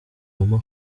obama